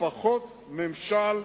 פחות ממשל,